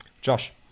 Josh